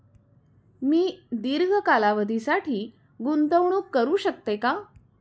मी दीर्घ कालावधीसाठी गुंतवणूक करू शकते का?